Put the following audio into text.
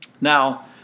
Now